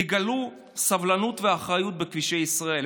תגלו סבלנות ואחריות בכבישי ישראל.